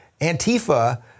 Antifa